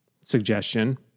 suggestion